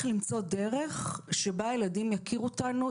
למצוא דרך שבה ילדים יכירו אותנו.